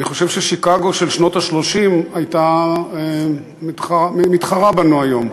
אני חושב ששיקגו של שנות ה-30 מתחרה בנו היום,